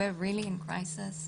אנחנו נמצאים במשבר.